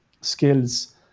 skills